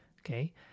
okay